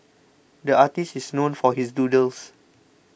the artist is known for his doodles